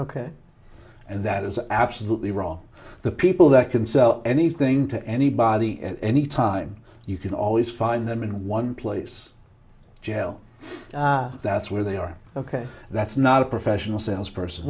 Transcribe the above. ok and that is absolutely wrong the people that can sell anything to anybody at any time you can always find them in one place jail that's where they are ok that's not a professional salesperson